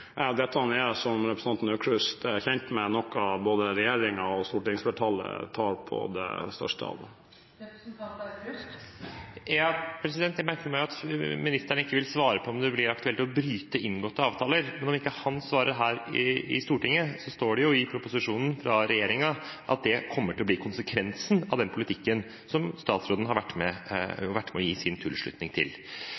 som representanten Aukrust er kjent med, noe både regjeringen og stortingsflertallet tar på største alvor. Jeg merker meg at ministeren ikke vil svare på om det blir aktuelt å bryte inngåtte avtaler. Når han ikke svarer her i Stortinget, står det jo i proposisjonen fra regjeringen at det kommer til å bli konsekvensen av den politikken som statsråden har vært med på å gi sin tilslutning til.